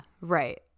right